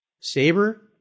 Sabre